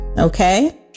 Okay